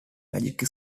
magic